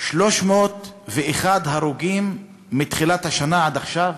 301 הרוגים מתחילת השנה עד עכשיו.